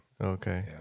Okay